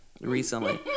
recently